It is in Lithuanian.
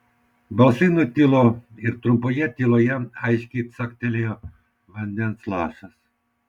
balsai nutilo ir trumpoje tyloje aiškiai caktelėjo vandens lašas